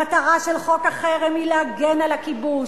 המטרה של חוק החרם היא להגן על הכיבוש,